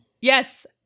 Yes